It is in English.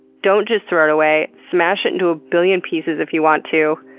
don't just throw it away, smash it into a billion pieces if you want to.